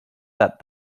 that